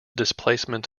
displacement